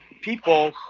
people